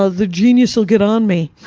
ah the genius will get on me.